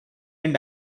and